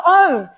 own